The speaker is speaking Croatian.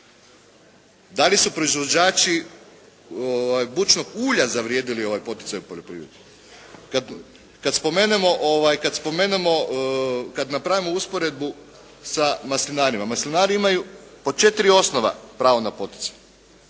Da li su proizvođači bućinog ulja zavrijedili ovaj poticaj u poljoprivredi? Kada spomenemo, kada napravimo usporedbu sa maslinarima, maslinari imaju po 4 osnova pravo na poticaj,